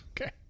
okay